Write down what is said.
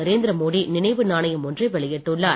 நரேந்திரமோடி நினைவு நாணயம் ஒன்றை வெளியிட்டுள்ளார்